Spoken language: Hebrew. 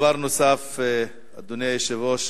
דבר נוסף, אדוני היושב-ראש,